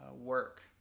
work